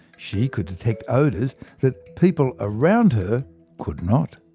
she could detect odours that people around her could not.